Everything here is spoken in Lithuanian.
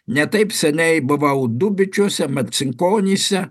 ne taip seniai buvau dubičiuose marcinkonyse